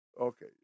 Okay